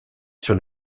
sur